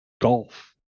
golf